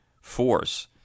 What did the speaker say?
force